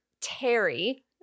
Terry